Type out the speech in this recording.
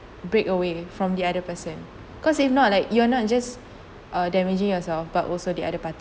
break away from the other person cause if not like you're not just uh damaging yourself but also the other party